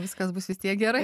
viskas bus vis tiek gerai